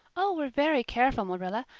oh, we're very careful, marilla.